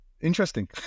interesting